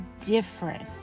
different